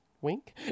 Wink